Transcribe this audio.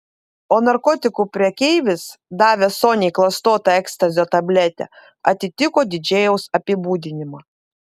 o narkotikų prekeivis davęs soniai klastotą ekstazio tabletę atitiko didžėjaus apibūdinimą